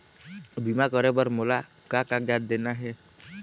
बीमा करे बर मोला का कागजात देना हे?